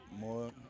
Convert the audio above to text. more